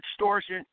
extortion